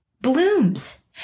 blooms